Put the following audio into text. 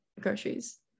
groceries